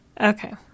Okay